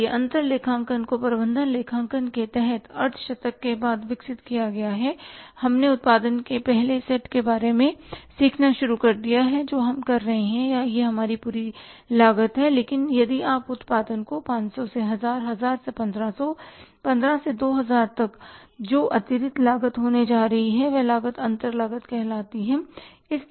इसलिए अंतर लेखांकन को प्रबंधन लेखांकन के तहत अर्धशतक के बाद विकसित किया गया है हमने उत्पादन के पहले सेट के बारे में सीखना शुरू कर दिया है जो हम कर रहे हैं यह हमारी पूरी लागत है लेकिन यदि आप उत्पादन को 500 से 1000 1000 से 1500 1500 से 2000 तक तो जो अतिरिक्त लागत होने जा रही हैं वह लागत अंतर लागत कहलाती है